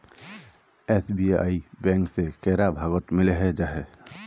SBI bank से कैडा भागोत मिलोहो जाहा?